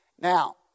Now